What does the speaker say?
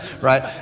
right